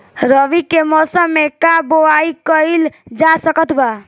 रवि के मौसम में का बोआई कईल जा सकत बा?